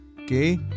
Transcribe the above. Okay